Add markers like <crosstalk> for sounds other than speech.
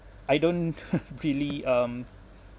I don't <laughs> really um